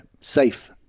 Safe